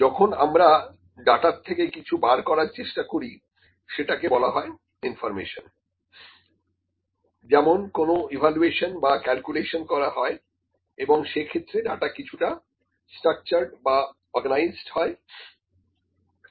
যখন আমরা ডাটা থেকে কিছু বার করার চেষ্টা করি সেটাকে বলা হয় ইনফর্মেশন যেমন কোন ইভালুয়েশন বা ক্যালকুলেশন করা হয় এবং সে ক্ষেত্রে ডাটা কিছুটা স্ট্রাকচারড বা অর্গানাইজড হয়